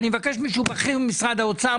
אני מבקש מישהו בכיר ממשרד האוצר,